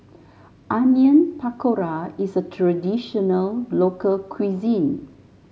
Onion Pakora is a traditional local cuisine